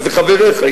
וזה חבריך,